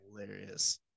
hilarious